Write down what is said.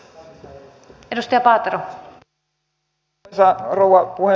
arvoisa rouva puhemies